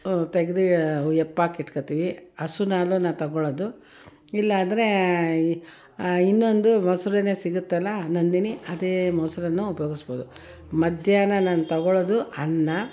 ತೆಗ್ದು ಹೆಪ್ಪಾಕಿಟ್ಕೊಳ್ತೀವಿ ಹಸುನ ಹಾಲು ನಾನು ತಗೊಳ್ಳೋದು ಇಲ್ಲ ಅಂದ್ರೆ ಇನ್ನೊಂದು ಮೊಸರುನೆ ಸಿಗುತ್ತಲ್ಲ ನಂದಿನಿ ಅದೇ ಮೊಸರನ್ನು ಉಪಯೋಗಿಸ್ಬೋದು ಮಧ್ಯಾಹ್ನ ನಾನು ತಗೊಳ್ಳೋದು ಅನ್ನ